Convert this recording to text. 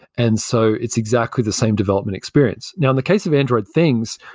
and so it's exactly the same development experience. now in the case of android things,